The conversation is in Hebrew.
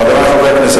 חברי חברי הכנסת,